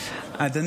הבא